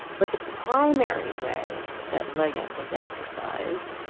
but the primary way that liget was exorcised,